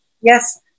Yes